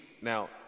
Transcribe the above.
Now